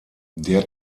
der